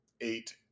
eight